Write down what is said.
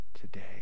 today